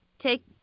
take